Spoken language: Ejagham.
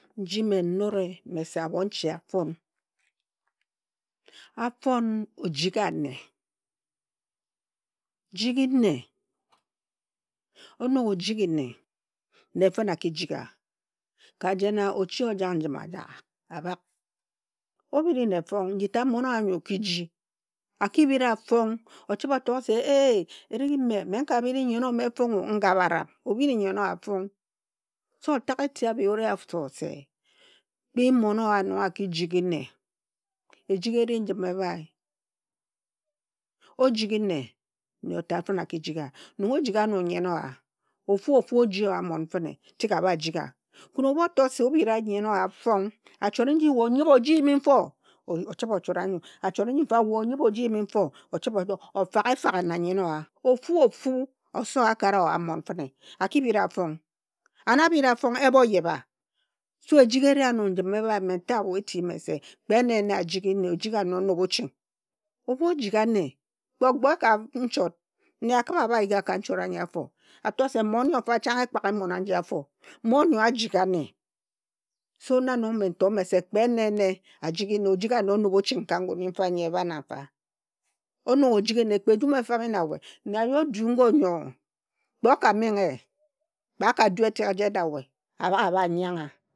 Nji me nnore mese abhonche afon i. Afon ojigane. Jighi nne. Onog ojighi nne, nne fine aki jigha ka jen a, ochi ojag, njun ajag, abhag. Obhiri nne fong nji tat mmon owa nyo o ki ji aki bhiri wa fong. O chibhe otog se eh! Erig me, me nka bhiro nyen ome fongo, nga bharam. Obhiri nyen owa fong. So o tag eti abhi ori afo se kpi mmon o wa nong a ki jighi nne. Ejik eri njim ebhae. Ojighi nne, nyo tat fine aki jigha. Nong ojigha ano nyen owa, ofu ofu oji mmon owa fine, tig abha jigha. Khin ebhu oto se obhira nyen owa fong, achori nji, we onyip oji yimi mfo ochibhe ochora nyo, achori nji fa we onyip o ji yimi nfo achibhe ofagha efaghe na nyen owa. Ofu ofu osowo akara owa mmon fine, a ki bhiri wa fong. And abhiri wa fong, emo yebhe. So ejik eri ano njim ebhae. Ojigha nne enob oching. Ebhu ojigha nne kpe ogbo e ka nchot nne akhibha abha yigiwa ka nchot anyi afo, a to se mmon yo fa chang ekpak mon anyo afo. Mmon nyo ajigha nne. So na nong me ntore me se kpe ene ene ajighi nne, ojighane onob oching ka ngun nyifa nyi ebha na nfa. Onog ojighi nne kpe ejum efami na we, nne ayi odu ngo nyo kpe oka menghi ye, kpe a ka du etek jit na we abhag abha nyangha.